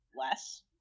less